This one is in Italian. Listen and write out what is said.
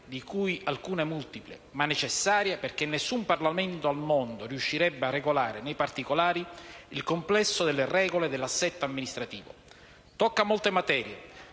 di cui, alcune multiple, ma necessarie perché nessun Parlamento al mondo riuscirebbe a regolare nei particolari il complesso delle regole dell'assetto amministrativo. Tocca molte materie,